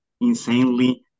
insanely